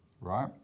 right